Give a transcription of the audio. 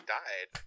died